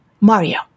Mario